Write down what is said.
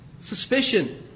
Suspicion